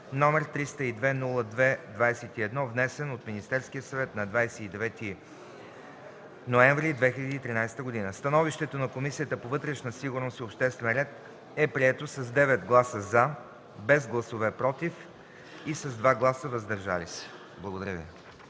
№ 302-02-21, внесен от Министерския съвет на 29 ноември 2013 г. Становището на комисията по вътрешна сигурност и обществен ред е прието с 9 гласа „за”, без гласове „против” и с 2-ма „въздържал се”.”